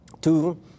Two